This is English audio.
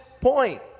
point